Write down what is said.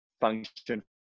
function